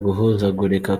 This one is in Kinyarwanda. guhuzagurika